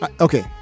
Okay